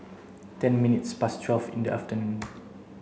ten minutes past twelve in the afternoon